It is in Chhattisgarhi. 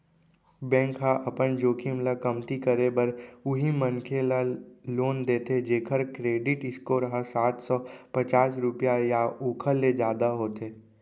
बेंक ह अपन जोखिम ल कमती करे बर उहीं मनखे ल लोन देथे जेखर करेडिट स्कोर ह सात सव पचास रुपिया या ओखर ले जादा होथे